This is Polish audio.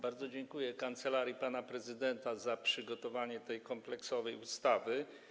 Bardzo dziękuję kancelarii pana prezydenta za przygotowanie tej kompleksowej ustawy.